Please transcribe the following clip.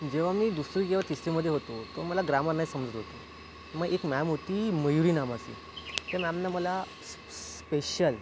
जेव्हा मी दुसरी किंवा तिसरीमध्ये होतो तेव्हा मला ग्रामर नाही समजत होतं मग एक मॅम होती मयूरी नावाची त्या मॅमनं मला स् स्पेश्शल